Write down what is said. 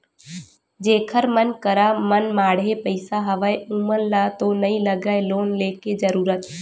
जेखर मन करा मनमाड़े पइसा हवय ओमन ल तो नइ लगय लोन लेके जरुरत